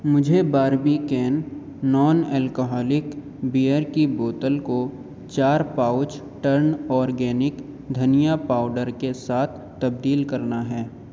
مجھے Barbican non alcoholic beer کی بوتل کو چار پاؤچ ٹرن اورگینک دھنیا پاؤڈر کے ساتھ تبدیل کرنا ہے